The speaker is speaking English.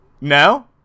No